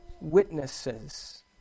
witnesses